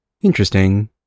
Interesting